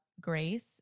grace